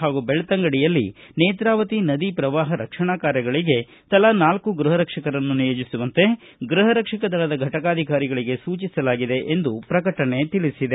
ಹಾಗೂ ಬೆಳ್ತಂಗಡಿಯಲ್ಲಿ ನೇತ್ರಾವತಿ ನದಿ ಪ್ರವಾಹ ರಕ್ಷಣಾ ಕಾರ್ಯಗಳಗೆ ತಲಾ ನಾಲ್ಕು ಗೃಹ ರಕ್ಷಕರನ್ನು ನಿಯೋಜಿಸುವಂತೆ ಗೃಹ ರಕ್ಷಕ ದಳದ ಫಟಕಾಧಿಕಾರಿಗಳಿಗೆ ಸೂಚಿಸಲಾಗಿದೆ ಎಂದು ಪ್ರಕಟಣೆ ತಿಳಿಸಿದೆ